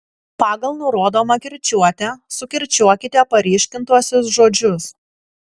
pagal nurodomą kirčiuotę sukirčiuokite paryškintuosius žodžius